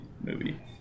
movie